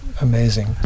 amazing